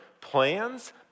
plans